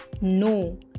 no